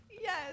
Yes